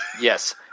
Yes